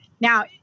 Now